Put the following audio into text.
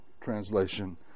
translation